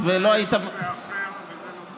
זה נושא אחר.